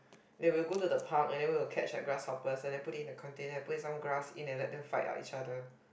then we go to the park and we will catch grasshoppers and put it in a container and put in some grass and let them fight each other